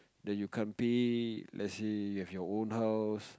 then you can't pay let's say you have your own house